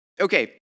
Okay